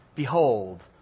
Behold